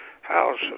House